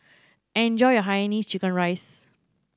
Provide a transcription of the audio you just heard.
enjoy your hainanese chicken rice